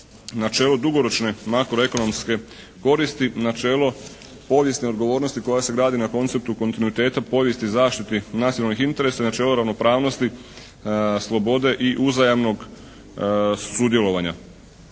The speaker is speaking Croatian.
načelo dugoročne makroekonomske koristi, načelo povijesne odgovornosti koja se gradi na konceptu kontinuiteta povijesti i zaštite nacionalnih interesa, načelo ravnopravnosti slobode i uzajamnog sudjelovanja.